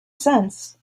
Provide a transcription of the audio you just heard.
sense